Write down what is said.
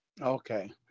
Okay